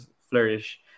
flourish